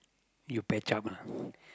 you patch up ah